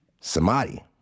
samadhi